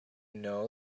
know